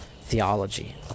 theology